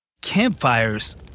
campfires